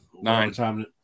nine